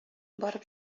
барып